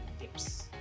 tips